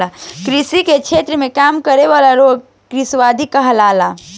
कृषि के क्षेत्र में काम करे वाला लोग कृषिविद कहाला